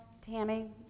Tammy